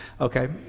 okay